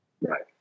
Right